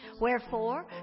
Wherefore